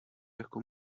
jako